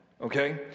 Okay